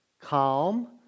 calm